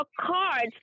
cards